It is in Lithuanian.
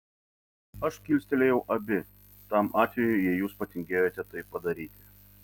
aš kilstelėjau abi tam atvejui jei jūs patingėjote tai padaryti